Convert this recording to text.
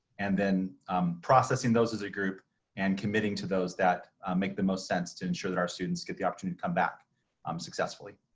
and then processing those as a group and committing to those that make the most sense to ensure that our students get the opportunity to come back um successfully.